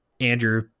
Andrew